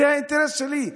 זה האינטרס שלי,